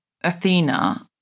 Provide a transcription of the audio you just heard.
Athena